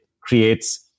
creates